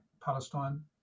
Palestine